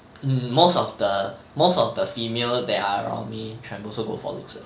most of the most of the female that are around me 全部是 go for looks 的